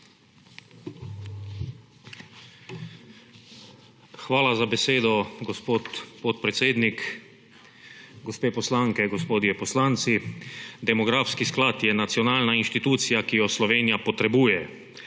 Hvala za besedo, gospod podpredsednik. Gospe poslanke, gospodje poslanci! Demografski sklad je nacionalna inštitucija, ki jo Slovenija potrebuje.